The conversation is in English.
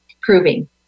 proving